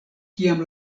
kiam